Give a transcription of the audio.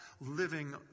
living